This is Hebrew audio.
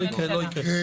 קורה, קורה.